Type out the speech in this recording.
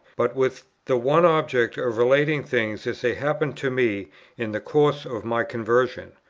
but with the one object of relating things as they happened to me in the course of my conversion.